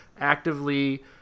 actively